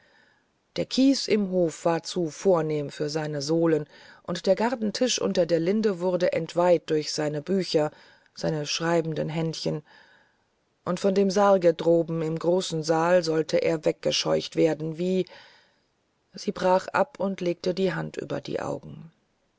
der kies im hofe war zu vornehm für seine sohlen und der gartentisch unter den linden wurde entweiht durch seine bücher seine schreibenden händchen und von dem sarge droben im großen saal sollte er weggescheucht werden wie sie brach ab und legte die hand über die augen